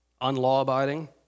unlaw-abiding